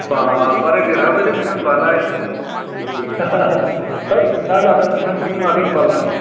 बाबारे देरहाबायलै होम्बालाय होद ना जानो थांनांसिगोन माथो होम्बालाय